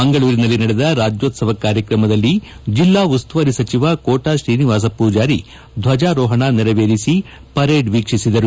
ಮಂಗಳೂರಿನಲ್ಲಿ ನಡೆದ ರಾಜ್ಜೋತ್ಸವ ಕಾರ್ಯಕ್ರಮದಲ್ಲಿ ಜಿಲ್ಲಾ ಉಸ್ತುವಾರಿ ಸಚಿವ ಕೋಟಾ ಶ್ರೀನಿವಾಸ ಪೂಜಾರಿ ದ್ದಜಾರೋಹಣ ನೆರವೇರಿಸಿ ಪರೇಡ್ ವೀಕ್ಷಿಸಿದರು